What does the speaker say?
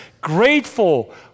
grateful